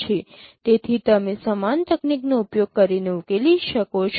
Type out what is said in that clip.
તેથી તમે સમાન તકનીકનો ઉપયોગ કરીને ઉકેલી શકો છો